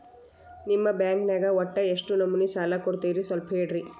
ನಿಮ್ಮ ಬ್ಯಾಂಕ್ ನ್ಯಾಗ ಒಟ್ಟ ಎಷ್ಟು ನಮೂನಿ ಸಾಲ ಕೊಡ್ತೇರಿ ಸ್ವಲ್ಪ ಹೇಳ್ರಿ